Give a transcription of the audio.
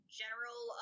general